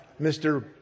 Mr